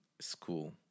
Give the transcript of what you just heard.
school